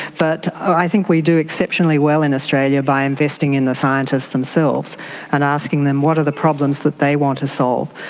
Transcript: but i think we do exceptionally well in australia by investing in the scientists themselves and asking them what are the problems that they want to solve.